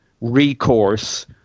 recourse